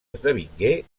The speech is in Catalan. esdevingué